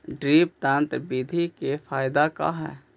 Drip तन्त्र बिधि के फायदा का है?